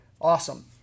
Awesome